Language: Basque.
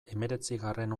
hemeretzigarren